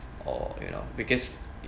or you know because